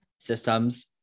systems